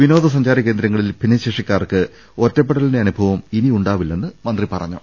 വിനോദസഞ്ചാര കേന്ദ്രങ്ങളിൽ ഭിന്നശേഷിക്കാർക്ക് ഒറ്റപ്പെടലിന്റെ അനുഭവം ഇനി ഉണ്ടാകില്ലെന്നും മന്ത്രി പറഞ്ഞു